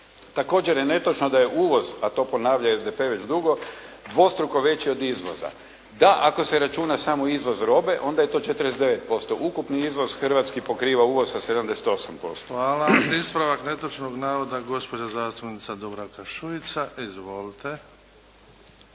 Također je netočno da je uvoz, a to ponavlja SDP već dugo, dvostruko veći od izvoza. Da, ako se računa samo izvoz robe onda je to 49%, ukupni izvoz hrvatski pokriva uvoz sa 78%. **Bebić, Luka (HDZ)** Hvala. Ispravak netočnog navoda, gospođa zastupnica Dubravka Šuica. Izvolite.